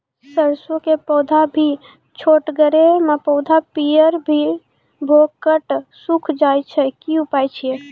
सरसों के पौधा भी छोटगरे मे पौधा पीयर भो कऽ सूख जाय छै, की उपाय छियै?